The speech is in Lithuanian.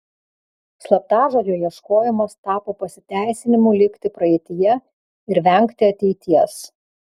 slaptažodžio ieškojimas tapo pasiteisinimu likti praeityje ir vengti ateities